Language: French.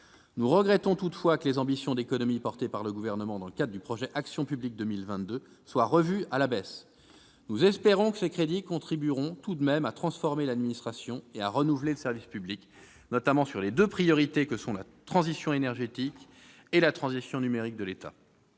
Nous regrettons, toutefois, que les ambitions d'économies affichées par le Gouvernement dans le cadre du projet Action publique 2022 soient revues à la baisse. Nous espérons que ces crédits contribueront tout de même à transformer l'administration et à renouveler le service public, notamment selon les deux priorités que sont la transition énergétique et la transition numérique de l'État.